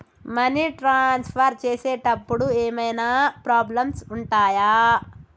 Money transfer చేసేటప్పుడు ఏమైనా problems ఉంటయా?